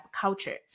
culture